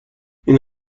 این